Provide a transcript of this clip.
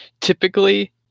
typically